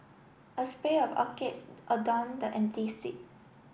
a spell of orchids adorned the empty seat